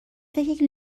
فکر